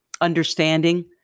understanding